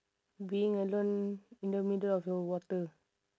being alone in the middle of the water